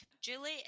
Julie